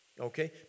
Okay